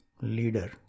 leader